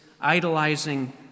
idolizing